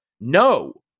No